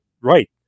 Right